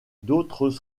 d’autres